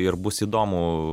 ir bus įdomu